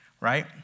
right